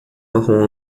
marrom